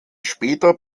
später